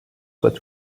soient